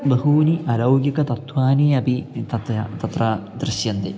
बहूनि अरौगिकतत्त्वानि अपि तत् तत्र दृश्यन्ते